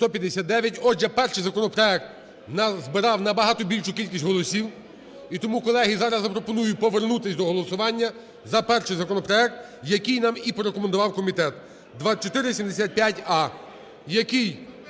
Отже, перший законопроект назбирав набагато більшу кількість голосів. І тому, колеги, зараз запропоную повернутися до голосування за перший законопроект, який нам і порекомендував комітет – 2475а,